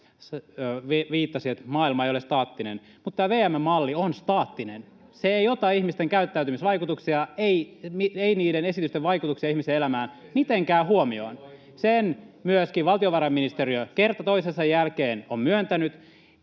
viittasi, maailma ei ole staattinen, mutta tämä VM:n malli on staattinen. [Krista Kiuru: Näin on!] Se ei ota ihmisten käyttäytymisvaikutuksia, ei niiden esitysten vaikutuksia ihmisten elämään mitenkään huomioon. Sen myöskin valtiovarainministeriö kerta toisensa jälkeen on myöntänyt.